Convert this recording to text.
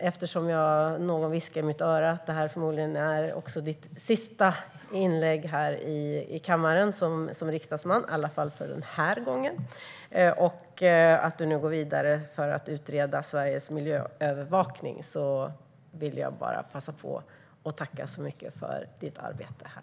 Eftersom någon viskade i mitt öra att detta förmodligen är ditt sista inlägg här i kammaren som riksdagsman, i alla fall för den här gången, och att du nu går vidare för att utreda Sveriges miljöövervakning vill jag passa på att tacka så mycket för ditt arbete här.